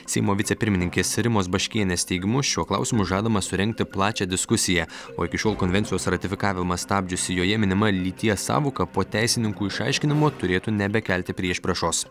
seimo vicepirmininkės rimos baškienės teigimu šiuo klausimu žadama surengti plačią diskusiją o iki šiol konvencijos ratifikavimą stabdžiusi joje minima lyties sąvoka po teisininkų išaiškinimo turėtų nebekelti priešpriešos